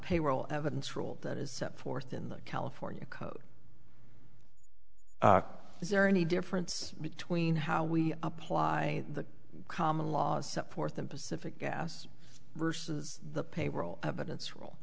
payroll evidence rule that is set forth in the california code is there any difference between how we apply the common law as set forth in pacific gas versus the payroll evidence rule